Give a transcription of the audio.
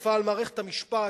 התקפה על מערכת המשפט,